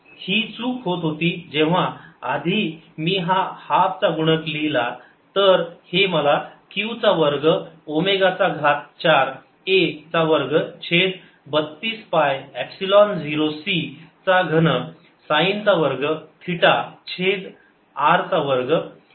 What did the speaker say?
ही चूक होत होती जेव्हा आधी मी हा हाल्फ चा गुणक लिहिला तर हे मला q चा वर्ग ओमेगा चा घात चार a चा वर्ग छेद 32 पाय एपसिलोन 0 c चा घन साईन चा वर्ग थिटा छेद r चा वर्ग